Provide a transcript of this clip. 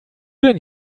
denn